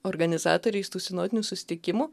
organizatoriais tų sinodinių susitikimų